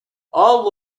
all